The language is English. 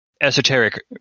esoteric